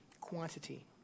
quantity